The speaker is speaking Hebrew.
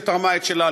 שתרמה את שלה,